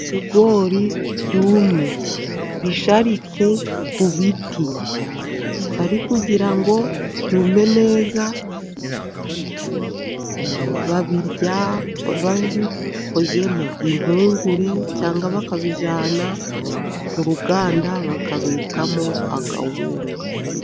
Ibigori byumye bisharitse ku biti bari kugira ngo byumve neza. Babirya babikozemo impungure cyangwa bakabijyana mu ruganda bakabibetamo akawunga.